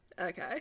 Okay